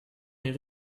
est